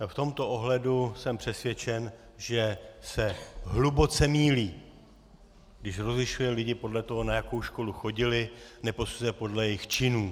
V tomto ohledu jsem přesvědčen, že se hluboce mýlí, když rozlišuje lidi podle toho, na jakou školu chodili, neposuzuje je podle jejich činů.